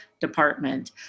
department